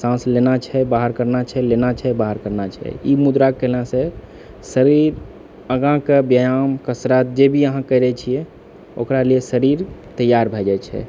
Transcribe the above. साँस लेना छै बाहर करना छै लेना छै बाहर करना छै ई मुद्रा कएलासँ शरीर आगाँके व्यायाम कसरत जेभी अहाँ करैत छियै ओकरा लिए शरीर तैयार भए जाइत छै